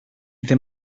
ddim